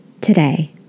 Today